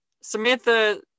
samantha